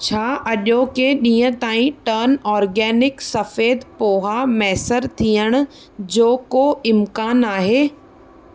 छा अॼोके ॾींहुं ताईं टन आर्गेनिक सफ़ेदु पोहा मैसर थियण जो को इम्क़ानु आहे